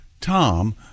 Tom